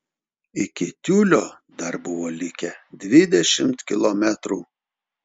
iki tiulio dar buvo likę dvidešimt kilometrų